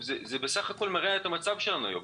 זה בסך הכול מרע את המצב שלנו היום,